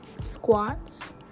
squats